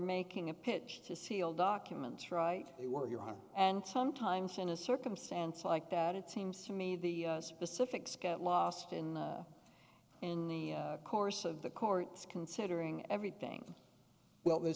making a pitch to seal documents right they were your are and sometimes in a circumstance like that it seems to me the specifics get lost in in the course of the court's considering everything well there's